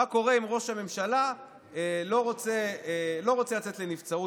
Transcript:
מה קורה אם ראש הממשלה לא רוצה לצאת לנבצרות